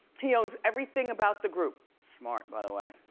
he owns everything about the group. smart by the way.